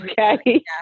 okay